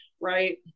right